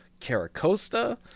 Caracosta